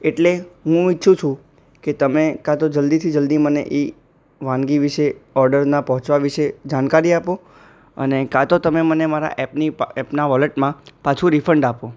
એટલે હું ઈચ્છું છું કે તમે કાં તો જલ્દી થી જલ્દી મને એ વાનગી વિષે ઓર્ડરના પહોંચવા વિશે જાણકારી આપો અને કાં તો તમે મને મારા એપની એપનાં વૉલેટમાં પાછું રિફંડ આપો